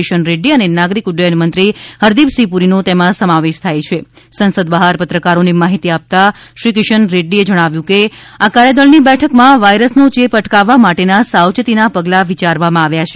કિશન રેડ્ડી અને નાગરિક ઉડ્ડયનમંત્રી હરદીપસિંહ પુરીનો તેમાં સમાવેશ થાય સંસદ બહાર પત્રકારોને માહિતી આપતાં શ્રી કિશન રેડ્ડીએ કહ્યું કે આ કાર્યદળની બેઠકમાં વાયરસનો ચેપ અટકાવવા માટેનાં સાવચેતીનાં પગલાં વિચારવામાં આવ્યાં છે